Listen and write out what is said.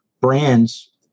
brands